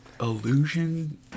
illusion